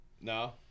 no